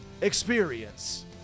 experience